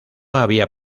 había